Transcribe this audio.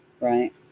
right